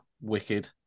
wicked